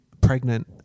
pregnant